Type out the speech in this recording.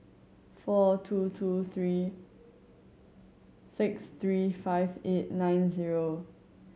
four two two three six three five eight nine zero